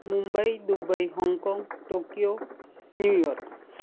Mumbai Dubai Hong Kong Tokyo New York